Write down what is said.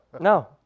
No